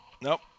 nope